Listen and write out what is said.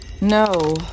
No